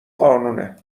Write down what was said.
قانونه